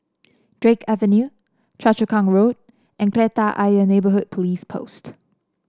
Drake Avenue Choa Chu Kang Road and Kreta Ayer Neighbourhood Police Post